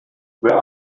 where